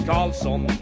Carlson